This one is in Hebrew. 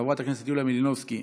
חברת הכנסת יוליה מלינובסקי,